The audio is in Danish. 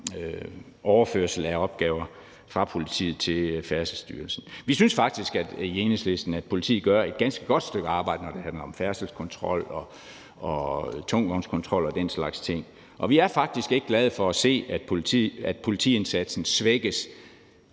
overførsel af opgaver fra politiet til Færdselsstyrelsen. Vi synes faktisk i Enhedslisten, at politiet gør et ganske godt stykke arbejde, når det handler om færdselskontrol og tungvognskontrol og den slags ting, og vi er faktisk ikke glade for at se, at politiindsatsen svækkes